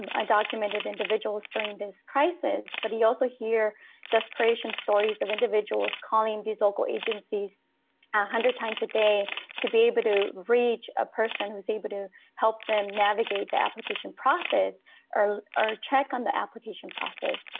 um undocumented individuals during this crisis, but you also hear desperation stories of individuals calling these local agencies a hundred times a day to be able but to reach a person who's able to help them navigate the application process or or check on the application process